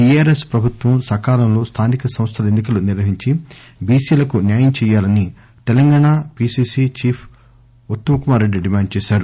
TRS పభుత్వం సకాలంలో స్థానిక సంస్థల ఎన్నికలు నిర్వహించి బీసీలకు న్యాయం చేయాలని Telangana PCC chief Uttam Kumar Reddy demand చేశారు